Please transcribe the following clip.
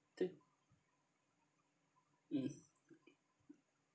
mm